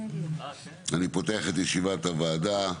אני פותח את ישיבת הוועדה.